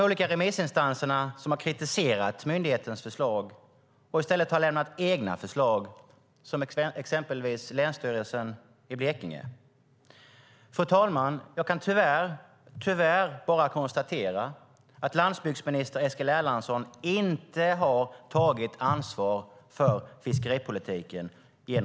Olika remissinstanser har också kritiserat myndighetens förslag och i stället lämnat egna förslag. Det gäller exempelvis Länsstyrelsen i Blekinge. Fru talman! Tyvärr måste jag konstatera att landsbygdsminister Eskil Erlandsson genom sitt svar inte har tagit ansvar för fiskeripolitiken.